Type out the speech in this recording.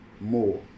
more